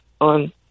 on